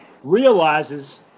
realizes